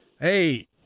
Hey